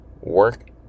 Work